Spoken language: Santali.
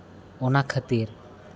ᱚᱱᱟ ᱠᱷᱟᱹᱛᱤᱨ